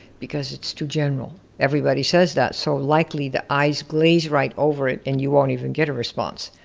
because it's too general. everybody says that, so likely the eyes glaze right over it and you won't even get a response.